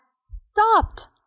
stopped